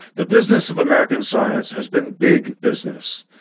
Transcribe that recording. the business of american science has been big business.